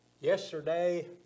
Yesterday